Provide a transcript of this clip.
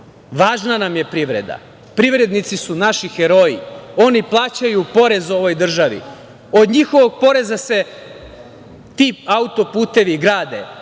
nam je privreda. Privrednici su naši heroji. Oni plaćaju porez ovoj državi. Od njihovog poreza se ti auto-putevi grade,